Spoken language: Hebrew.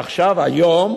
עכשיו, היום,